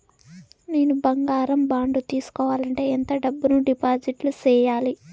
నేను బంగారం బాండు తీసుకోవాలంటే ఎంత డబ్బును డిపాజిట్లు సేయాలి?